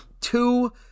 two